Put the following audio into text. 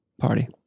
party